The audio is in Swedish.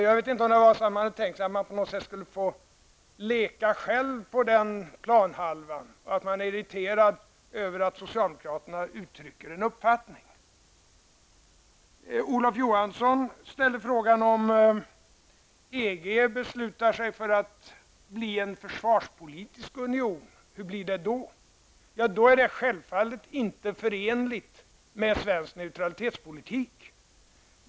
Jag vet inte om folkpartiet och moderaterna hade tänkt sig att få leka själva på denna planhalva och att de är irriterade över att socialdemokraterna uttrycker en uppfattning. Olof Johansson ställde frågan hur det blir om EG beslutar sig för att bli en försvarspolitisk union. Ja, då är ett EG-medlemskap självfallet inte förenligt med svensk neutralitetspolitik.